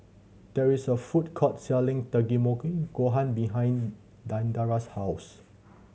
there is a food court selling Takikomi Gohan behind Diandra's house